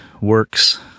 works